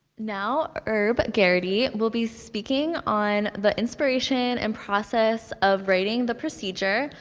now, herb geraghty will be speaking on the inspiration and process of writing the procedure,